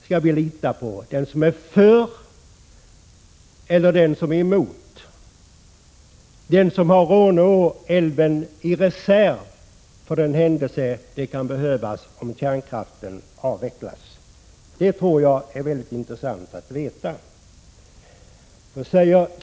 Skall vi lita på den som är för eller den som är emot? Skall vi lita på den som har Råneälven i reserv för den händelse den kan behövas om kärnkraften avvecklas? Det tror jag vore mycket intressant att veta.